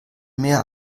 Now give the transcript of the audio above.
mehr